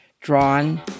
drawn